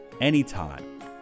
anytime